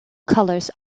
colors